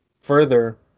further